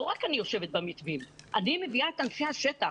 לא רק אני יושבת במתווים, אני מביאה את אנשי השטח.